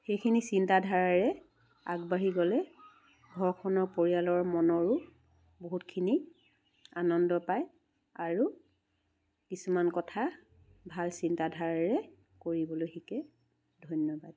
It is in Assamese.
সেইখিনি চিন্তাধাৰাৰে আগবাঢ়ি গ'লে ঘৰখনৰ পৰিয়ালৰ মনৰো বহুতখিনি আনন্দ পায় আৰু কিছুমান কথা ভাল চিন্তাধাৰাৰে কৰিবলৈ শিকে ধন্যবাদ